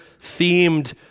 themed